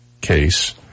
case